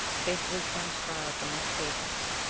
faithfully transcribed on those pages,